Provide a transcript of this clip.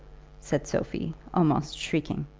said sophie, almost shrieking.